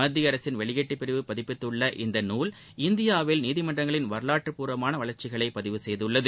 மத்திய அரசின் வெளியீட்டு பிரிவு பதிப்பித்துள்ள இந்த நூல் இந்தியாவில் நீதிமன்றங்களின் வரலாற்று பூர்வமாக வளர்ச்சிகளை பதிவு செய்துள்ளது